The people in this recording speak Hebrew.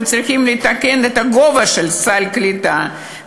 ושצריכים לתקן את הגובה של סל הקליטה,